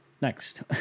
Next